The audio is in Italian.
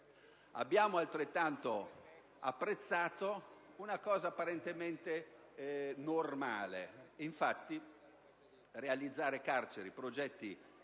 Abbiamo altrettanto apprezzato una cosa apparentemente normale. Infatti, la realizzazione di progetti